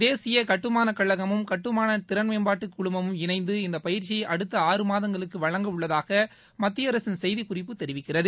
தேசிய கட்டுமானக்கழகமும் கட்டுமான திறன்மேம்பாட்டுக் குழுமமும் இணைந்து இந்த பயிற்சியை அடுத்த ஆறு மாதங்களுக்கு வழங்கவுள்ளதாக மத்தியஅரசின் செய்திக்குறிப்பு தெரிவிக்கிறது